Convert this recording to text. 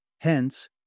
Hence